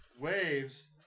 waves